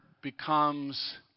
becomes